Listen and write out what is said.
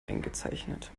eingezeichnet